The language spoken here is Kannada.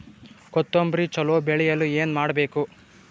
ಕೊತೊಂಬ್ರಿ ಚಲೋ ಬೆಳೆಯಲು ಏನ್ ಮಾಡ್ಬೇಕು?